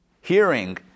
hearing